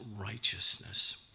righteousness